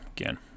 Again